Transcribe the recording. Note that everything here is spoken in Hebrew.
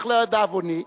אך, לדאבוני,